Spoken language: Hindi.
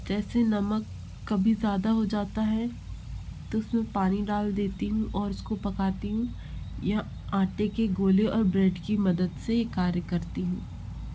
जैसे नमक कभी ज़्यादा हो जाता है तो उसमें पानी डाल देती हूँ और उसको पकाती हूँ या आटे के गोले और ब्रेड की मदद से कार्य करती हूँ